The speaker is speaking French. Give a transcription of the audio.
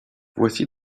voici